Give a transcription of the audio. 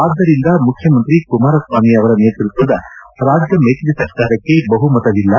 ಆದ್ದರಿಂದ ಮುಖ್ಯಮಂತ್ರಿ ಕುಮಾರಸ್ವಾಮಿ ಅವರ ನೇತೃತ್ವದ ರಾಜ್ಯ ಮೈತ್ರಿ ಸರ್ಕಾರಕ್ಕೆ ಬಹುಮತವಿಲ್ಲ